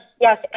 yes